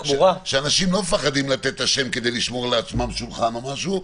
שאנשים לא מפחדים לתת את השם כדי לשמור לעצמם שולחן או משהו,